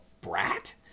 brat